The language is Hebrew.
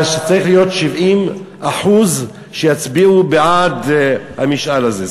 אבל צריך 70% שיצביעו בעד המשאל הזה.